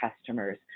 customers